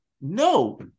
No